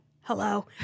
hello